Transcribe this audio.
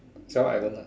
child island lah